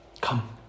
come